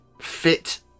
fit